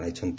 ଜଣାଇଛନ୍ତି